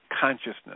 consciousness